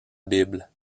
bible